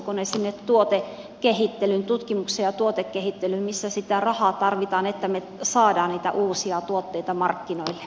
kohdistuvatko ne sinne tutkimukseen ja tuotekehittelyyn missä sitä rahaa tarvitaan että me saamme niitä uusia tuotteita markkinoille